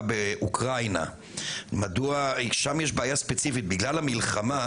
באוקראינה ששם יש בעיה ספציפית בגלל המלחמה.